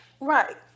Right